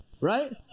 Right